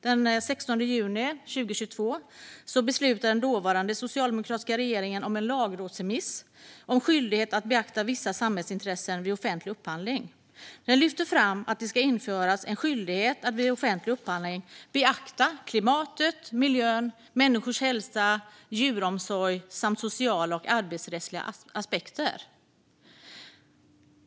Den 16 juni 2022 beslutade den dåvarande socialdemokratiska regeringen om en lagrådsremiss om skyldighet att beakta vissa samhällsintressen vid offentlig upphandling. Den lyfter fram att det ska införas en skyldighet att vid offentlig upphandling beakta klimatet, miljön, människors hälsa, djuromsorg samt sociala och arbetsrättsliga aspekter.